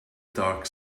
dark